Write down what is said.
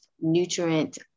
nutrient